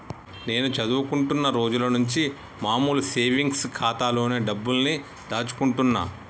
నేను చదువుకుంటున్న రోజులనుంచి మామూలు సేవింగ్స్ ఖాతాలోనే డబ్బుల్ని దాచుకుంటున్నా